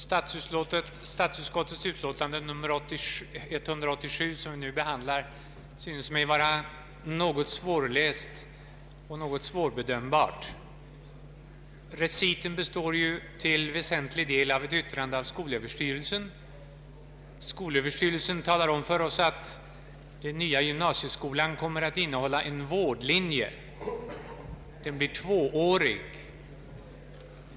Herr talman! Statsutskottets utlåtande nr 187, som vi nu behandlar, synes mig något svårläst och svårbedömbart. Reciten består till väsentlig del av ett yttrande av skolöverstyrelsen, som talar om för oss att den nya gymnasieskolan kommer att innehålla en vårdlinje, som blir tvåårig.